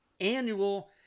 annual